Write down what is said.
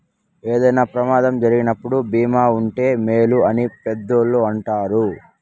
ఏదైనా ప్రమాదం జరిగినప్పుడు భీమా ఉంటే మేలు అని పెద్దోళ్ళు అంటారు